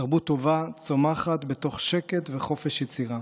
תרבות טובה צומחת בתוך שקט וחופש יצירה.